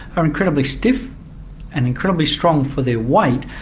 are incredibly stiff and incredibly strong for their weight,